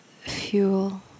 fuel